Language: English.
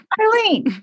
Eileen